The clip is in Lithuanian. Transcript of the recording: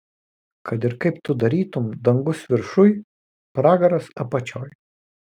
kad ir kaip tu darytum dangus viršuj pragaras apačioj